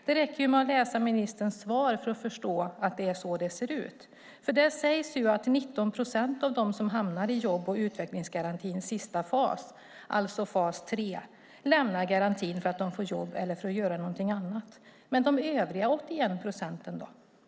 Det räcker med att läsa ministerns svar för att förstå att det är så det ser ut. Där sägs ju att 19 procent av dem som hamnar i jobb och utvecklingsgarantins sista fas, alltså fas 3, lämnar garantin för att de får jobb eller för att göra någonting annat. Men de övriga 81 procenten då?